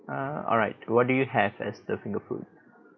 uh alright what do you have as the finger food